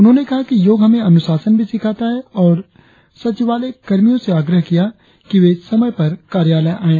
उन्होंने कहा कि योग हमे अनुशासन भी सिखाता है और सचिवालय कर्मचारियों से आग्रह किया कि वे समय पर कार्यालय आये